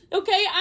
okay